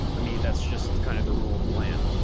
i mean, that's just kind of the rule of the land.